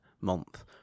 month